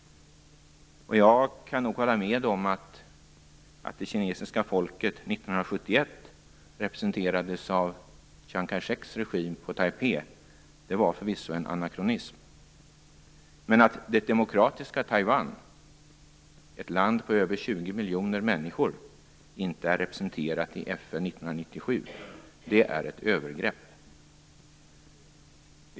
Jag kan hålla med om att det förvisso var en anakronism att det kinesiska folket Taipei. Men att det demokratiska Taiwan, ett land med över 20 miljoner människor, inte är representerat i FN 1997, är ett övergrepp.